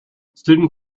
student